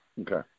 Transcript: Okay